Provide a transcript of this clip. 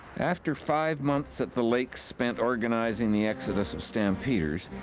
after five months at the lakes spent organizing the exodus of stampeders,